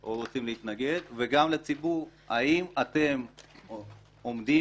או רוצים להתנגד וגם לציבור האם אתם עומדים